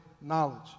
knowledge